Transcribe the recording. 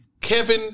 Kevin